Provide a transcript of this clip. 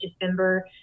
December